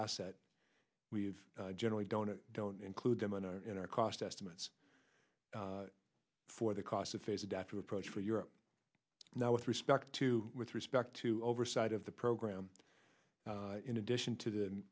asset we've generally don't don't include them in our in our cost estimates for the cost of phase adaptive approach for europe now with respect to with respect to oversight of the program in addition to the